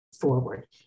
forward